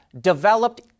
developed